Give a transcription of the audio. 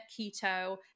keto